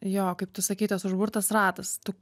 jo kaip tu sakei tas užburtas ratas tu